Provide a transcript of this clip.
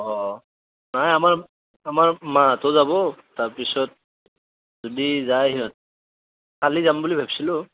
অঁ নাই আমাৰ আমাৰ মাহঁতো যাব তাৰ পিছত যদি যায় সিহঁত কালি যাম বুলি ভাবিছিলোঁ